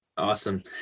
Awesome